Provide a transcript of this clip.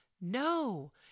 No